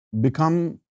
Become